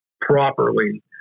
properly